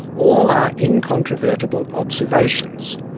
all are incontrovertible observations.